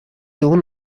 اون